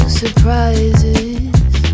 surprises